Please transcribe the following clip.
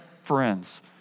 friends